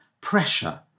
pressure